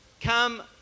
come